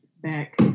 back